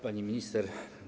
Pani Minister!